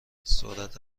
سرعت